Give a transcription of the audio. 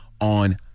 on